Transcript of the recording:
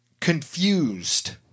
confused